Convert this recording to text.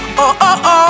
Oh-oh-oh